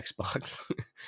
xbox